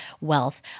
wealth